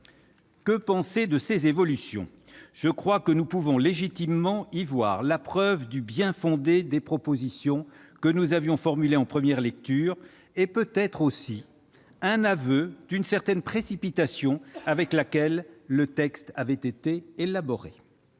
Que penser de ces évolutions ? Je crois que nous pouvons légitimement y voir la preuve du bien-fondé des propositions que nous avions formulées en première lecture et peut-être, aussi, un aveu d'une certaine précipitation dans l'élaboration du texte.